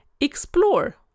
Explore